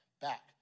back